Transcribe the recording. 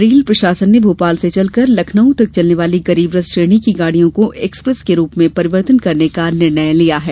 rail प्रशासन ने भोपाल से चलकर लखनऊ तक चलने वाली गरीबरथ श्रेणी की गाड़ियों को एक्सप्रेस के रूप में परिवर्तन करने का निर्णय लिया है